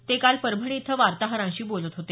ते काल परभणी इथं वार्ताहरांशी बोलत होते